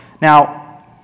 Now